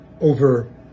over